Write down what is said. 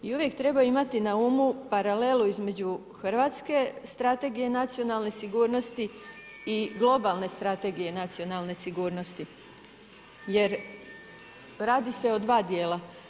I uvijek treba imati na umu paralelu između hrvatske strategije nacionalne sigurnosti i globalne strategije nacionalne sigurnosti jer radi se o dva dijela.